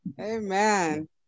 Amen